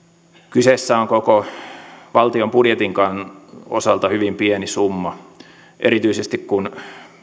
kyseessä on koko valtion budjetin osalta hyvin pieni summa erityisesti kun